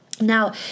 Now